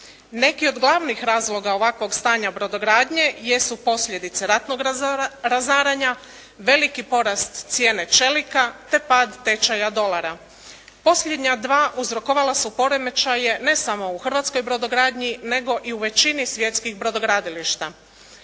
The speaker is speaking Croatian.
Neki od glavnih razloga ovakvog stanja brodogradnje jesu posljedice ratnog razaranja, veliki porast cijene čelika, te pad tečaja dolara. Posljednja dva uzrokovala su poremećaje ne samo u hrvatskoj brodogradnji nego i u većini svjetskih brodogradilišta.